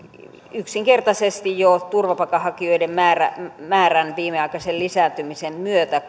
yksinkertaisesti jo turvapaikanhakijoiden määrän määrän viimeaikaisen lisääntymisen myötä